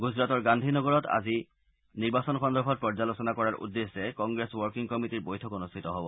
গুজৰাটৰ গান্ধীনগৰত আজি আগন্তুক নিৰ্বাচন সন্দৰ্ভত পৰ্যালোচনা কৰাৰ উদ্দেশ্যে কংগ্ৰেছ ৱৰ্কিং কমিটীৰ বৈঠক অনুষ্ঠিত হ'ব